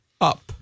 up